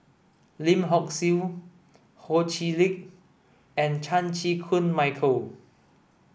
Lim Hock Siew Ho Chee Lick and Chan Chew Koon Michael